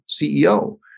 CEO